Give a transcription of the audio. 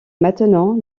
maintenant